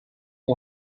une